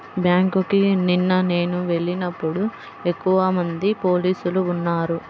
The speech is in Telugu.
బ్యేంకుకి నిన్న నేను వెళ్ళినప్పుడు ఎక్కువమంది పోలీసులు ఉన్నారు